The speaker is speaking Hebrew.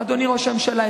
אדוני ראש הממשלה,